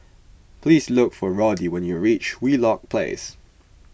please look for Roddy when you reach Wheelock Place